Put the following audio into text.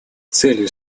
целью